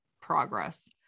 progress